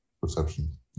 Perception